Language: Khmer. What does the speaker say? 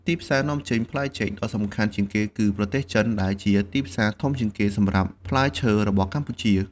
ទីផ្សារនាំចេញផ្លែចេកដ៏សំខាន់ជាងគេគឺ ប្រទេសចិន ដែលជាទីផ្សារធំជាងគេសម្រាប់ផ្លែឈើរបស់កម្ពុជា។